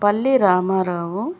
పల్లి రామారావు